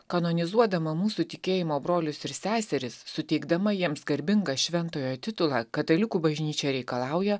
kanonizuodama mūsų tikėjimo brolius ir seseris suteikdama jiems garbingą šventojo titulą katalikų bažnyčia reikalauja